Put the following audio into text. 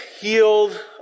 healed